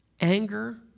anger